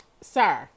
Sir